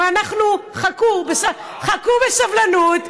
חכו בסבלנות.